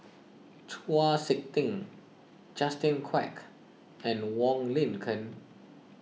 Chau Sik Ting Justin Quek and Wong Lin Ken